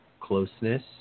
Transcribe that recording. closeness